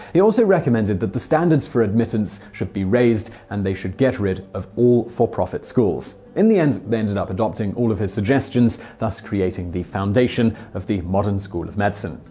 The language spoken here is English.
he also recommended that the standards for admittance should be raised and they should get rid of all for-profit schools. in the end, they ended up adopting all of his suggestions, thus creating the foundation of the modern school of medicine.